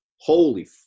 Holy